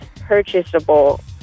purchasable